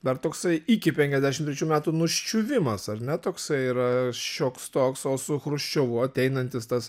dar toksai iki penkiasdešim trečių metų nuščiuvimas ar ne toksai yra šioks toks o su chruščiovu ateinantis tas